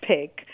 pick